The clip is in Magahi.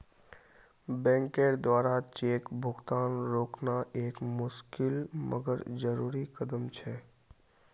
बैंकेर द्वारा चेक भुगतान रोकना एक मुशिकल मगर जरुरी कदम छे